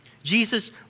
Jesus